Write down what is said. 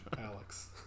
Alex